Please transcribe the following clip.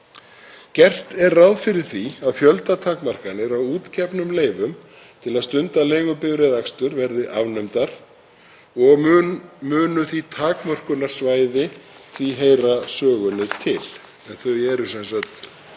Gert er ráð fyrir því að fjöldatakmarkanir á útgefnum leyfum til að stunda leigubifreiðaakstur verði afnumdar og munu því takmörkunarsvæði heyra sögunni.